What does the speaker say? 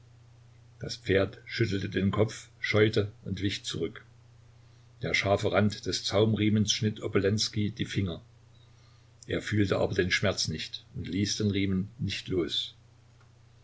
das pferd schüttelte den kopf scheute und wich zurück der scharfe rand des zaumriemens schnitt obolenskij die finger er fühlte aber den schmerz nicht und ließ den riemen nicht los